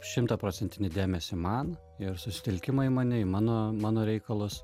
šimtaprocentinį dėmesį man ir susitelkimo į mane mano mano reikalus